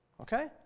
Okay